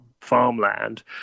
farmland